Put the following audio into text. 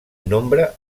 nombre